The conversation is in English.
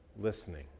listening